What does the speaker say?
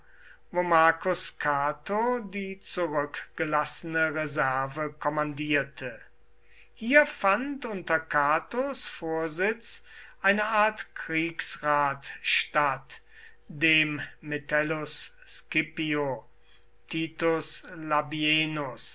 marcus cato die zurückgelassene reserve kommandierte hier fand unter catos vorsitz eine art kriegsrat statt dem metellus scipio titus labienus